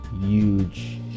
Huge